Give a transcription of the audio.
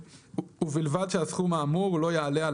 "ובלבד שהסכום האמור לא יעלה על